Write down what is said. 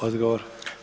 Odgovor.